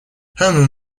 hermann